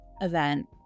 event